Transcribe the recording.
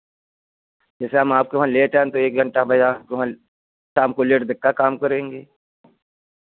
जैसे हम आपके वहाँ लेट आए तो एक घंटा बया आपके वहाँ शाम को लेट देर तक काम करेंगे